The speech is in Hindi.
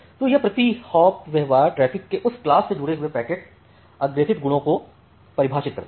तो यह प्रति हॉप व्यवहार ट्रैफिक के उस क्लास से जुड़े हुये पैकेट अग्रेसित गुणों को परिभाषित करता है